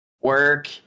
work